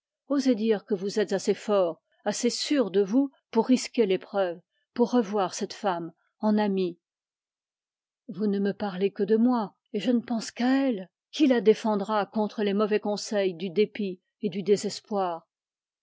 osez dire que vous êtes assez fort pour risquer l'épreuve pour revoir cette femme en ami vous ne me parlez que de moi et je ne pense qu'à elle qui la défendra contre les mauvais conseils du désespoir